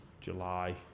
July